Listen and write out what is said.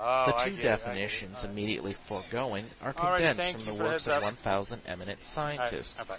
the two definitions immediately foregoing are condensed from the works of one thousand eminent scientists,